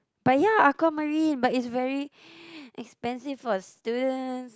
but ya aquamarine but it's very expensive for students